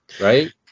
right